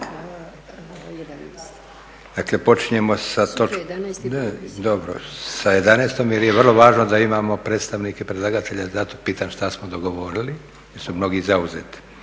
Dakle počinjemo sa 11 jer je vrlo važno da imamo predstavnike predlagatelja, zato pitam šta smo dogovorili jer su mnogi zauzeti,